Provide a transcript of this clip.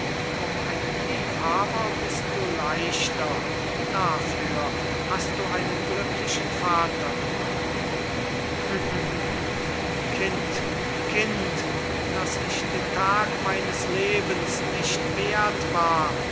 um einen liebhaber bist du leichter dafür hast du einen glücklichen vater gemacht unter lachen und weinen sie umarmend kind kind das ich den tag meines lebens nicht werth war